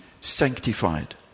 sanctified